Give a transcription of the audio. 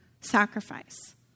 sacrifice